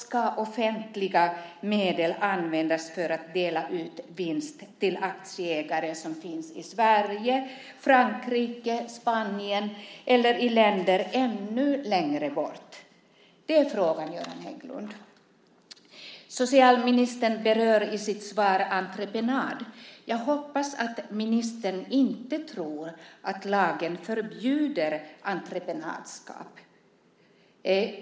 Ska offentliga medel användas för att dela ut vinst till aktieägare som finns i Sverige, Frankrike, Spanien eller i länder ännu längre bort? Det är frågan, Göran Hägglund. Socialministern berör i sitt svar entreprenad. Jag hoppas att ministern inte tror att lagen förbjuder entreprenörskap.